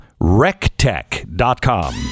Rectech.com